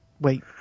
Wait